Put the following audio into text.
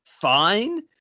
fine